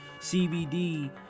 cbd